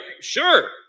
sure